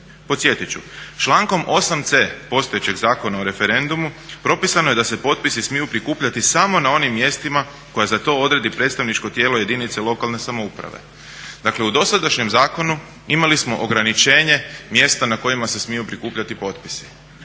Podsjetit ću, člankom 8c postojećeg Zakona o referendumu propisano je da se potpisi smiju prikupljati samo na onim mjestima koja za to odredi predstavničko tijelo jedinice lokalne samouprave. Dakle, u dosadašnjem zakonu imali smo ograničenje mjesta na kojima se smiju prikupljati potpisi.